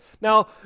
Now